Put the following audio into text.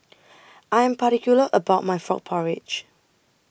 I Am particular about My Frog Porridge